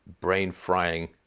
brain-frying